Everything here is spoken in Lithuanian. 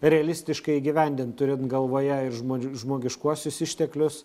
realistiškai įgyvendint turint galvoje ir žmonių žmogiškuosius išteklius